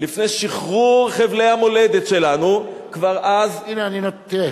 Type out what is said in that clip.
לפני שחרור חבלי המולדת שלנו, כבר אז, הנה, תראה.